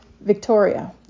victoria